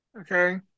Okay